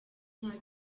nta